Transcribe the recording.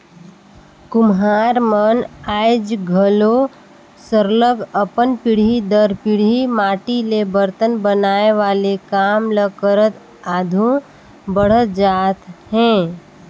कुम्हार मन आएज घलो सरलग अपन पीढ़ी दर पीढ़ी माटी ले बरतन बनाए वाले काम ल करत आघु बढ़त जात हें